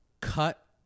cut